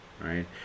right